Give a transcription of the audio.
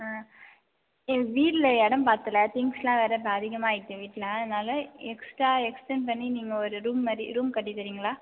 ஆ எங்கள் வீட்டில் இடம் பத்தலை திங்ஸுலாம் வேறு இப்போ அதிகமாகிட்டு வீட்டில் அதனால் எக்ஸ்ட்ரா எக்ஸ்டன் பண்ணி நீங்கள் ஒரு ரூம் மாதிரி ரூம் கட்டி தர்றீங்களா